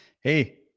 Hey